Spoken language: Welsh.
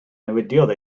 newidiodd